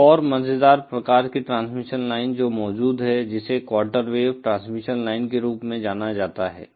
एक और मज़ेदार प्रकार की ट्रांसमिशन लाइन जो मौजूद है जिसे क्वार्टर वेव ट्रांसमिशन लाइन के रूप में जाना जाता है